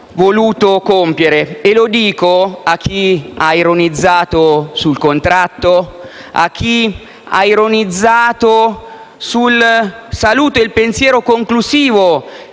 voluto compiere. Mi rivolgo a chi ha ironizzato sul contratto, a chi ha ironizzato sul saluto e sul pensiero conclusivo